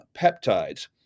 peptides